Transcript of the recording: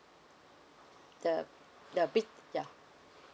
the the big ya